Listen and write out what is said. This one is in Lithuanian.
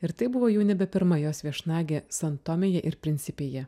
ir tai buvo jau nebe pirma jos viešnagė san tomėje ir prinsipėje